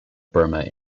burma